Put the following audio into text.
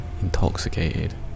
intoxicated